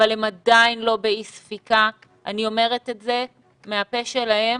אבל הם עדיין לא באי-ספיקה - אני אומרת מהפה שלהם.